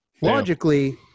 logically